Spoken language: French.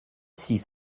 six